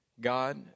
God